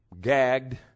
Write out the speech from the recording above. gagged